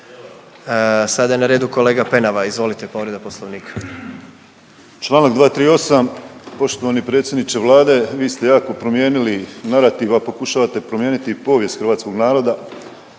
Sada je na redu kolega Penava izvolite, povreda poslovnika. **Penava, Ivan (DP)** Čl. 238., poštovani predsjedniče Vlade vi ste jako promijenili narativ, a pokušavate promijeniti i povijest hrvatskog naroda.